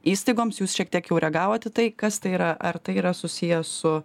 įstaigoms jūs šiek tiek jau reagavot tai kas tai yra ar tai yra susiję su